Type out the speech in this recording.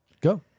Go